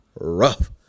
rough